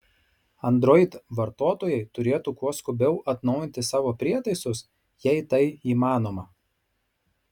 android vartotojai turėtų kuo skubiau atnaujinti savo prietaisus jei tai įmanoma